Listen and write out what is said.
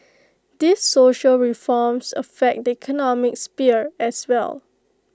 these social reforms affect the economic sphere as well